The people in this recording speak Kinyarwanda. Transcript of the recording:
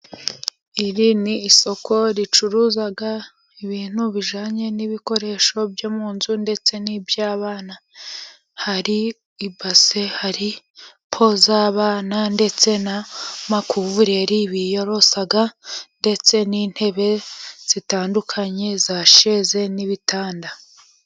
Iri ni isoko ricuruza ibintu bijyanye n'ibikoresho byo mu nzu, ndetse n'iby'abana. Hari ibase, hari po z'abana, ndetse na makuvureri biyorosa, ndetse n'intebe zitandukanye, za Sheze n'ibitanda.